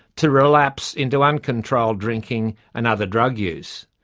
to relapse into uncontrolled drinking and other drug use.